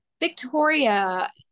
Victoria